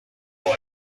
boys